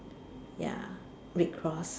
ya red cross